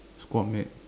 squad mate